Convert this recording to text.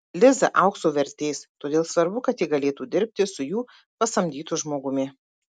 liza aukso vertės todėl svarbu kad ji galėtų dirbti su jų pasamdytu žmogumi